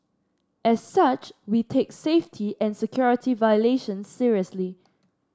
as such we take safety and security violations seriously